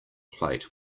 plate